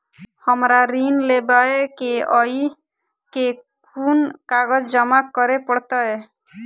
हमरा ऋण लेबै केँ अई केँ कुन कागज जमा करे पड़तै?